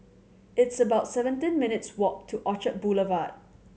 it's about seventeen minutes' walk to Orchard Boulevard